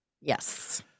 yes